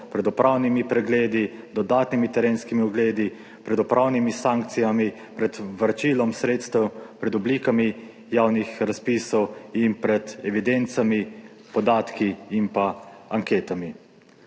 pred upravnimi pregledi, dodatnimi terenskimi ogledi, pred upravnimi sankcijami, pred vračilom sredstev, pred oblikami javnih razpisov in pred evidencami, podatki in pa anketami.